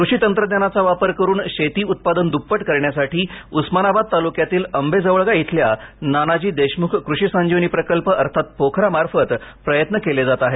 कृषी तंत्रज्ञानाचा वापर करून शेती उत्पादन दृप्पट करण्यासाठी उस्मानाबाद तालुक्यातील अंबेजवळगा इथल्या नानाजी देशमुख कृषी संजीवनी प्रकल्प अर्थात पोखरा मार्फत प्रयत्न केले जात आहेत